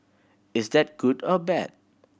is that good or bad